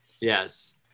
Yes